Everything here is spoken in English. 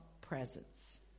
presence